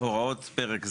הוראות פרק זה.